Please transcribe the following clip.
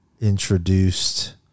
introduced